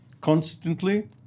constantly